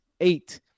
eight